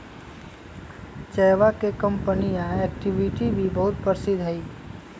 चयवा के कंपनीया एक्टिविटी भी बहुत प्रसिद्ध हई